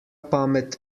pamet